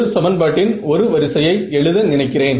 ஒரு சமன்பாட்டின் ஒரு வரிசையை எழுத நினைக்கிறேன்